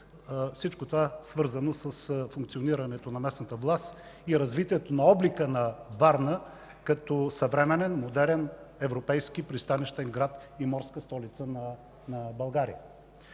всичко това, свързано с функционирането на местната власт и развитието на облика на Варна като съвременен, модерен, европейски пристанищен град и морска столица на България.